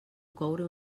coure